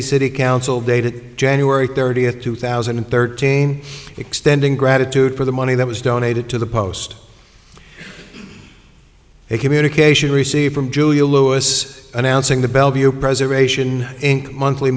the city council dated january thirtieth two thousand and thirteen extending gratitude for the money that was donated to the post a communication received from julia louis announcing the bellevue preservation inc monthly